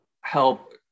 help